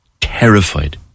terrified